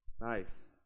Nice